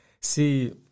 see